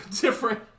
different